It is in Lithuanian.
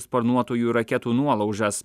sparnuotųjų raketų nuolaužas